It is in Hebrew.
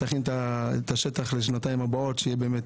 תכין את השטח לשנתיים הבאות כדי שבאמת